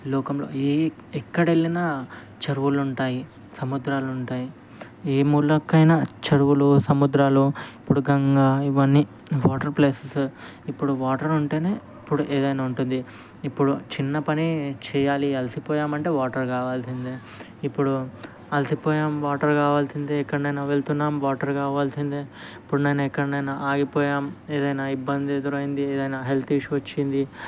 లోకంలో ఏ ఎక్కడికి వెళ్ళినా చెరువులు ఉంటాయి సముద్రాలు ఉంటాయి ఏ మూలకైనా చెరువులు సముద్రాలు ఇప్పుడు గంగా ఇవన్నీ వాటర్ ప్లేసెస్ ఇప్పుడు వాటర్ ఉంటేనే ఇప్పుడు ఏదైనా ఉంటుంది ఇప్పుడు చిన్న పని చేయాలి అలసిపోయామంటే వాటర్ కావాల్సిందే ఇప్పుడు అలిసిపోయాము వాటర్ కావాల్సిందే ఎక్కడైనా వెళుతున్నాను వాటర్ కావాల్సిందే ఇప్పుడు నేను ఎక్కడైనా ఆగిపోయాము ఏదైనా ఇబ్బంది ఎదురైంది ఏదైనా హెల్త్ ఇష్యూ వచ్చింది